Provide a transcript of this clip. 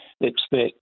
expect